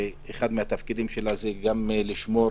ואחד מהתפקידים שלה זה גם לשמור,